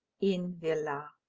in villa.